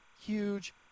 huge